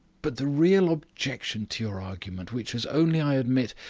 but the real objection to your argument, which has only, i admit,